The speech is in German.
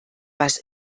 was